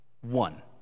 one